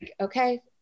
Okay